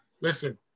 Listen